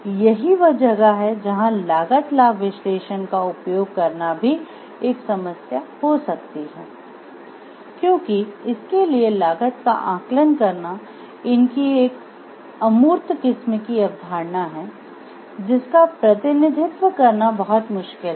तो यही वह जगह है जहां लागत लाभ विश्लेषण का उपयोग करना भी एक समस्या हो सकती है क्योंकि इसके लिए लागत का आकलन करना इनकी एक अमूर्त किस्म की अवधारणा है जिसका प्रतिनिधित्व करना बहुत मुश्किल है